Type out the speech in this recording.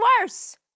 worse